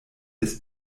des